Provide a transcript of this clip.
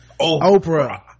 Oprah